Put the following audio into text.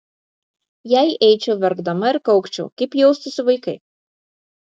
jei eičiau verkdama ir kaukčiau kaip jaustųsi vaikai